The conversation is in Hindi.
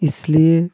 इसलिए